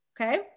okay